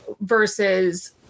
versus